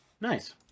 Nice